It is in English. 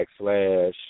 backslash